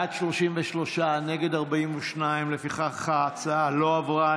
בעד, 33, נגד, 42, לפיכך ההצעה לא עברה.